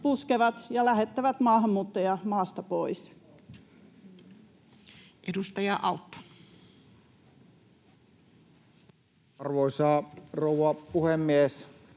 puskevat ja lähettävät maahanmuuttajia maasta pois. Edustaja Autto. Arvoisa rouva puhemies!